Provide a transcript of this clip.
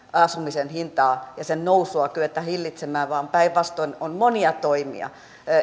asumisen hintaa ja sen nousua kyetä hillitsemään vaan päinvastoin on monia toimia